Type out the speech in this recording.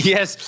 Yes